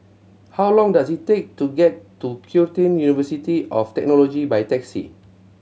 how long does it take to get to Curtin University of Technology by taxi